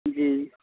जी